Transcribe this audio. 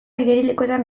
igerilekuetan